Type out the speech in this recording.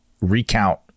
recount